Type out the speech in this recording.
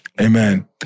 Amen